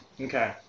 Okay